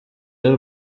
y’u